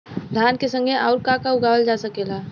धान के संगे आऊर का का उगावल जा सकेला?